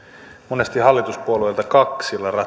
monesti hallituspuolueilta kaksilla rattailla ratsastamista